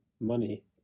money